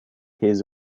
his